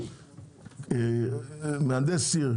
מהנדס עיר,